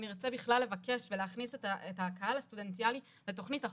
ונרצה בכלל לבקש ולהכניס את הקהל הסטודנטיאלי לתוכנית החוסן.